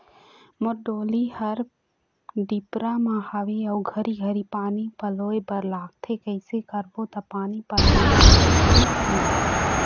मोर डोली हर डिपरा म हावे अऊ घरी घरी पानी पलोए बर लगथे कैसे करबो त पानी पलोए बर मशीन मिलही?